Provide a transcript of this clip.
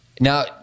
Now